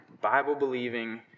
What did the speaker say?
Bible-believing